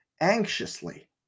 anxiously